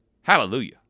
Hallelujah